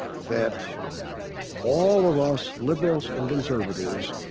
that all of us, liberals and conservatives,